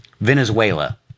Venezuela